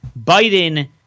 Biden